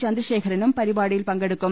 ചന്ദ്രശേഖരനും പരിപാടിയിൽ പങ്കെടുക്കും